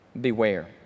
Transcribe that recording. Beware